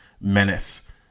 menace